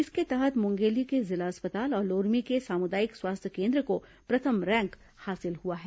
इसके तहत मुंगेली के जिला अस्पताल और लोरमी के सामुदायिक स्वास्थ्य केन्द्र को प्रथम रैंक हासिल हुआ है